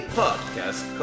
podcast